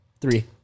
Three